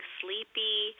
sleepy